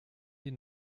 die